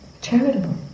charitable